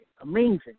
Amazing